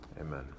Amen